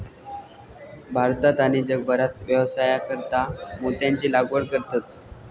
भारतात आणि जगभरात व्यवसायासाकारता मोत्यांची लागवड करतत